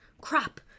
crap